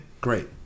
Great